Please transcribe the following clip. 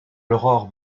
l’aurore